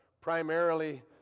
primarily